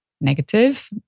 negative